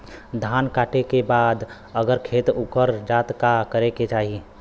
धान कांटेके बाद अगर खेत उकर जात का करे के चाही?